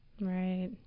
Right